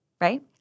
Right